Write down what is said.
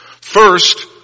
First